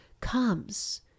comes